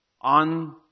on